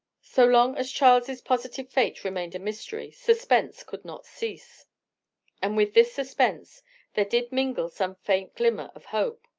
so long as charles's positive fate remained a mystery, suspense could not cease and with this suspense there did mingle some faint glimmer of hope.